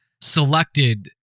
selected